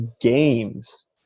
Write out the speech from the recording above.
games